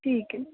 ਠੀਕ ਏ